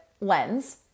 lens